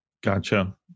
Gotcha